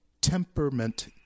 temperament